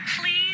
please